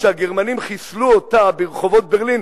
כשהגרמנים חיסלו אותה ברחובות ברלין,